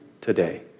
today